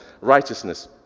righteousness